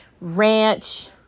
Ranch